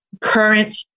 current